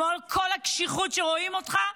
עם כל הקשיחות שרואים בך,